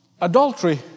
adultery